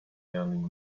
learning